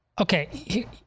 Okay